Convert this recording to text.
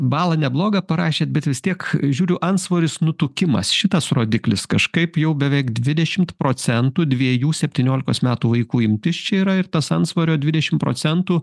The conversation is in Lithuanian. balą neblogą parašėt bet vis tiek žiūriu antsvoris nutukimas šitas rodiklis kažkaip jau beveik dvidešimt procentų dviejų septyniolikos metų vaikų imtis čia yra ir tas antsvorio dvidešim procentų